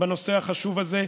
בנושא החשוב הזה.